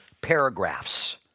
paragraphs